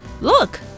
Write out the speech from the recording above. Look